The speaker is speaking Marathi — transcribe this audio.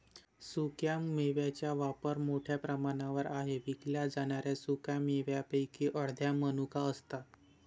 सुक्या मेव्यांचा वापर मोठ्या प्रमाणावर आहे विकल्या जाणाऱ्या सुका मेव्यांपैकी अर्ध्या मनुका असतात